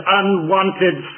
unwanted